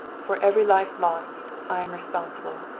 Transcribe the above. for every life lost i am responsible,